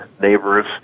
neighbors